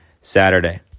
Saturday